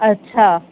अच्छा